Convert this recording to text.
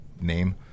name